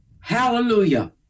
hallelujah